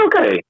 okay